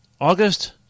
August